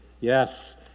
yes